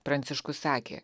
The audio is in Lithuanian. pranciškus sakė